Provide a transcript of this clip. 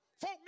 Folk